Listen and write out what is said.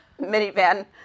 minivan